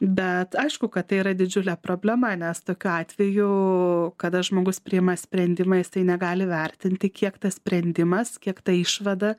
bet aišku kad tai yra didžiulė problema nes tokiu atveju kada žmogus priima sprendimą jisai negali vertinti kiek tas sprendimas kiek ta išvada